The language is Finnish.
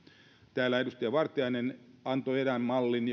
täällä edustaja vartiainen antoi erään mallin